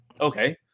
okay